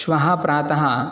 श्वः प्रातः